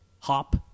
Hop